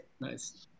Nice